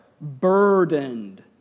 burdened